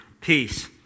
peace